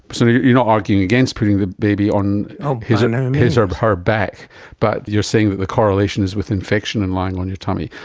but so you're not you know arguing against putting the baby on his and um his or her back but you're saying that the correlation is with infection and lying on your tummy.